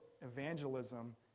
evangelism